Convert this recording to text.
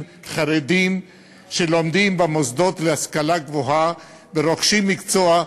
חרדים שלומדים במוסדות להשכלה גבוהה ורוכשים מקצוע,